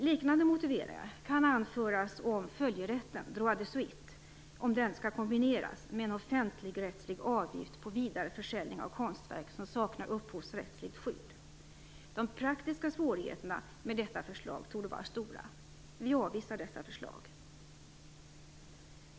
Liknande motiveringar kan anföras om följerätten - droit de suite - skall kombineras med en offentligrättslig avgift på vidareförsäljning av konstverk som saknar upphovsrättsligt skydd. De praktiska svårigheterna med detta förslag torde vara stora. Vi avvisar dessa förslag.